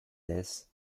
this